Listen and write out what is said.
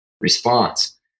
response